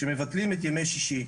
כשמבטלים את ימי שישי.